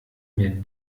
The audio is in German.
mehr